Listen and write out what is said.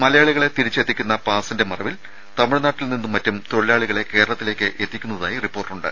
മലയാളികളെ തിരിച്ചെത്തിക്കുന്ന പാസിന്റെ മറവിൽ തമിഴ്നാട്ടിൽനിന്നും മറ്റും തൊഴിലാളികളെ കേരളത്തിലേക്ക് എത്തിക്കുന്നതായി റിപ്പോർട്ടുണ്ട്